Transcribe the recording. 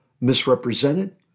misrepresented